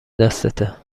دستته